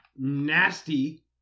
nasty